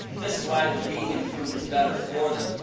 this is why the vegan food is better for them.